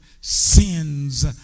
sins